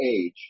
age